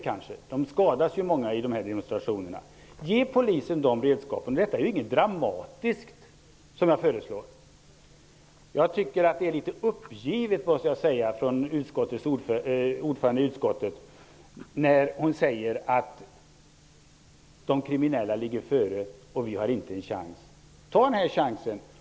Många skadas ju vid demonstrationerna som urartar. Det är inget dramatiskt som jag föreslår. Jag tycker som sagt att det är litet uppgivet, när ordföranden i utskottet säger att de kriminella ligger före och att vi inte har en chans. Ta den här chansen!